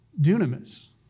dunamis